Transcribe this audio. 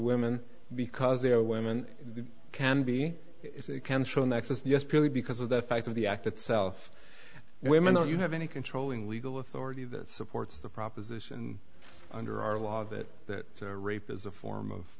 women because they are women can be can show an excess yes purely because of the fact of the act itself women then you have any controlling legal authority that supports the proposition under our law that that rape is a form of